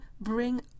bring